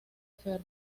ferro